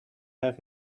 have